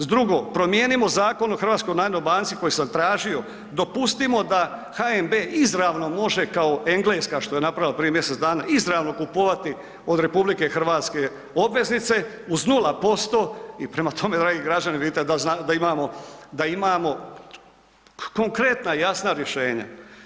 Drugo, promijenimo Zakon o HNB-u koji sam tražio, dopustimo da HNB izravno može kao Engleska što je napravila prije mjesec dana, izravno kupovati od RH obveznice uz 0% i prema tome dragi građani vidite da imamo konkretna, jasna rješenja.